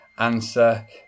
answer